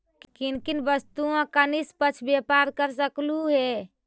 किन किन वस्तुओं का निष्पक्ष व्यापार कर सकलू हे